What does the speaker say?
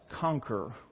conquer